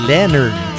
Leonard